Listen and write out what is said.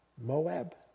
Moab